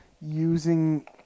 using